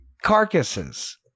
carcasses